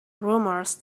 rumors